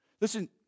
Listen